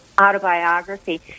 autobiography